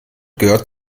gehört